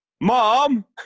Mom